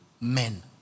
men